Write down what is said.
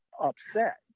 upset